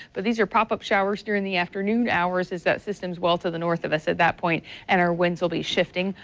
but these are pop-up showers during the afternoon hours as that system is well to the minority of us at that point and our winds will be shifting.